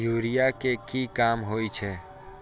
Urea के की काम होई छै?